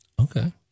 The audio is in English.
Okay